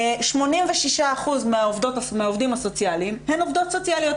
86% מהעובדים הסוציאליים הן עובדות סוציאליות.